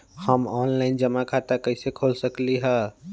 हम ऑनलाइन जमा खाता कईसे खोल सकली ह?